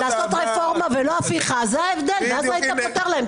פשוט ברפורמה צריך להוסיף יותר שופטים.